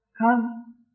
come